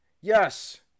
Yes